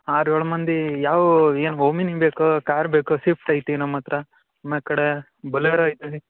ಆರು ಏಳು ಮಂದಿ ಯಾವ ಏನು ಓಮಿನಿ ಬೇಕೋ ಕಾರ್ ಬೇಕೋ ಸ್ವಿಫ್ಟ್ ಐತಿ ನಮ್ಮ ಹತ್ತಿರ ಅಮ್ಯಾ ಕಡೆ ಬೊಲೇರೋ ಐತಿ